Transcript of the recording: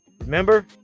Remember